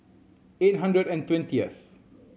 eight hundred and twentieth